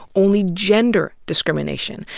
only gender discrimination,